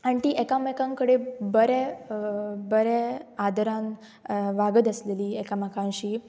आनी ती एकामेकां कडेन बरे बऱ्या आदरान वागत आसलेली एकामेकांशी